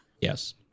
Yes